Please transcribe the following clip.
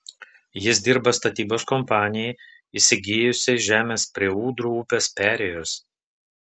jis dirba statybos kompanijai įsigijusiai žemės prie ūdrų upės perėjos